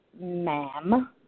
ma'am